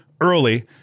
early